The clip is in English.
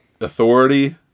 authority